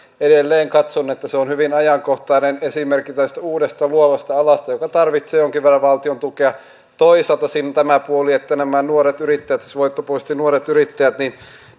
edelleen katson että se on hyvin ajankohtainen esimerkki tällaisesta uudesta luovasta alasta joka tarvitsee jonkin verran valtion tukea toisaalta siinä on tämä puoli että nämä nuoret yrittäjät siis voittopuolisesti nuoret yrittäjät niin